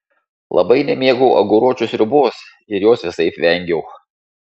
labai nemėgau aguročių sriubos ir jos visaip vengiau